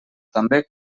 també